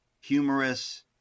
humorous